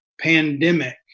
pandemic